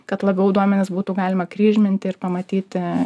kad labiau duomenis būtų galima kryžminti ir pamatyti